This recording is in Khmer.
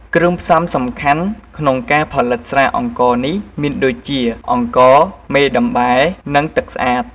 គ្រឿងផ្សំសំខាន់ក្នុងការផលិតស្រាអង្ករនេះមានដូចជា អង្ករ មេដំបែ និងទឹកស្អាត។